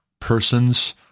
persons